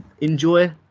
enjoy